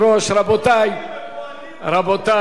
רבותי,